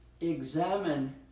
Examine